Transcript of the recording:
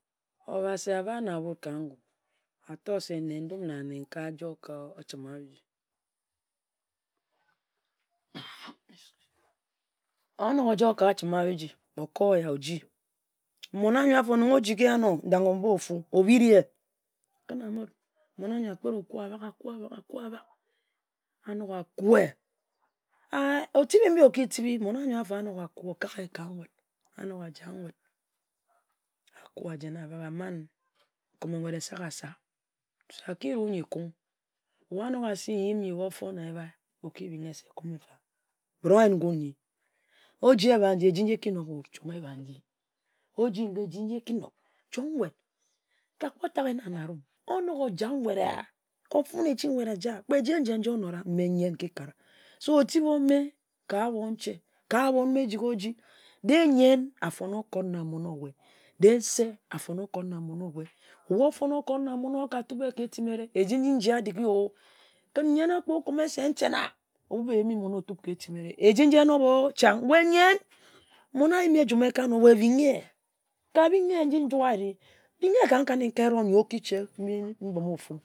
Obasi abahe na wu ka ngun ator se ndum na nenkae ajoi ka ochima-biji onok ojoi ka ochima-biji, okor oya oji mon-ayor afor ndangha mba ofu, obiri ye. Okǝn Amit, mon ayor akpet okue abak, akue abak, a nok akue-e otibi mbi oki tibi, mon ayor anok akue okak eyeh ka nwut anok aman nkume esagasa aki rowe yi kung anok asi nyim yii bo for na ebia, oki binghi-ye se kume nfa, br-oyen ngun nyi? Oji ebhat nji eji eki nob-o, chong ebhat nji. Oji nga eji eki-nob, chong nwut ka kpo taghe na anna-rum, onok ojak nwut eyeh, ofon echi nwut eja, kpe jen-jen nji onora mme nyen nki kam. Mme otib o-mme ka abonche ka abon ma ejik-o-ji, de-e nyen afon okot na mon owah, de-e nse afon okot na mon-owah. Obu ofon okot na mon-owah, oka tobe-yeh ka etimere, a ji njie adike yeh-o. Kǝn nyen akpo kkumme se nten-na obob eyim eh-bhe otob ka etimere, eji nji enob-o. We nyen, mon a yim ejum eka nob, we binghe ka binghe ka erig njue ari binghe ka nkan-ni-ka eron ye okiche